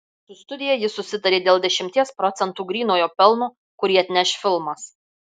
su studija jis susitarė dėl dešimties procentų grynojo pelno kurį atneš filmas